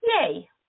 yay